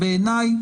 בעיני,